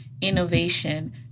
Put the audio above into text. innovation